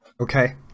Okay